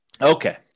okay